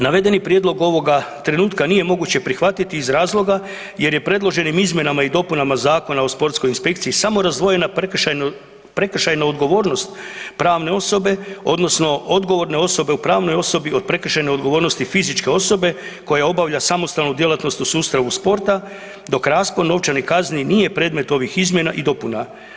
Navedeni prijedlog ovoga trenutka nije moguće prihvatiti iz razloga jer je predloženim izmjenama i dopunama Zakona o sportskoj inspekciji samo razdvojena prekršajna odgovornost pravne osobe odnosno odgovorne osobe u pravnoj osobi od prekršajne odgovornosti fizičke osobe koja obavlja samostalnu djelatnost u sustavu sporta, dok raspon novčanih kazni nije predmet ovih izmjena i dopuna.